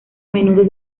menudo